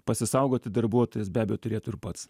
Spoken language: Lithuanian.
pasisaugoti darbuotojas be abejo turėtų ir pats